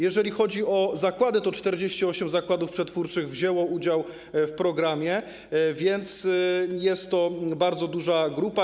Jeżeli chodzi o zakłady, to 48 zakładów przetwórczych wzięło udział w programie, więc jest to bardzo duża grupa.